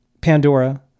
Pandora